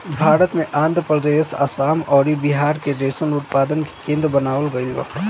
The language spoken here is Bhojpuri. भारत में आंध्रप्रदेश, आसाम अउरी बिहार में रेशम उत्पादन के केंद्र बनावल गईल ह